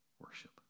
Worship